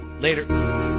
Later